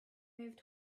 moved